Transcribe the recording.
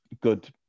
good